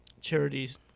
charities